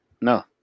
No